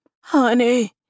Honey